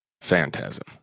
Phantasm